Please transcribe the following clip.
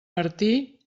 martí